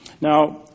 Now